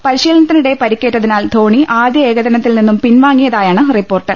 പരി ശീലനത്തിനിടെ പരിക്കേറ്റതിനാൽ ധോണീ ആദ്യ ഏകദിനത്തിൽ നിന്നും പിൻവാങ്ങിയതായാണ് റിപ്പോർട്ട്